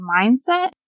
mindset